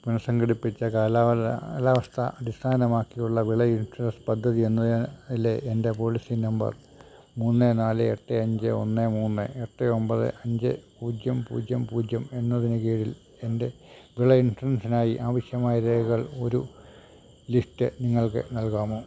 പുനസംഘടിപ്പിച്ച കാലാവസ്ഥ അടിസ്ഥാനമാക്കിയുള്ള വിള ഇൻഷുറൻസ് പദ്ധതി എന്നതിലെ എൻ്റെ പോളിസി നമ്പർ മൂന്ന് നാല് എട്ട് അഞ്ച് ഒന്ന് മൂന്ന് എട്ട് ഒമ്പത് അഞ്ച് പൂജ്യം പൂജ്യം പൂജ്യം എന്നതിനു കീഴിൽ എൻ്റെ വിള ഇൻഷുറൻസിനായി ആവശ്യമായ രേഖകൾ ഒരു ലിസ്റ്റ് നിങ്ങൾക്ക് നൽകാമോ